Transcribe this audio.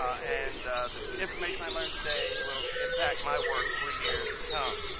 and the information i learned today will impact my work for years to come.